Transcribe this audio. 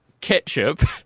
ketchup